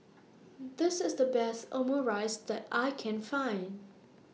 This IS The Best Omurice that I Can Find